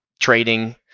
trading